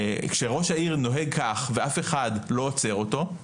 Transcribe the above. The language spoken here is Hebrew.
כשראש העיר נוהג כך ואף אחד לא עוצר אותו,